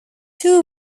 two